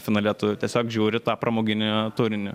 finale tu tiesiog žiūri tą pramoginį turinį